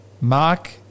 Mark